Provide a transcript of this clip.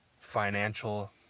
financial